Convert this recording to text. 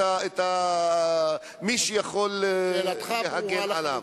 את מי שיכול להגן עליו.